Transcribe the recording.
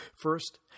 First